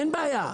אין בעיה.